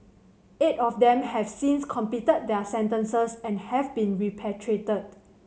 eight of them have since completed their sentences and have been repatriated